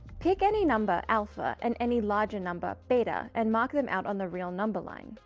pick any number, alpha and any larger number, beta, and mark them out on the real number line.